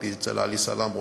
הייתי אצל עלי סלאם,